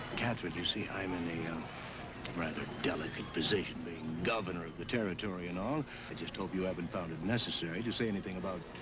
katherine, you see, i'm in a rather delicate position, being governor of the territory and all. i just hope you haven't found it necessary to say anything about.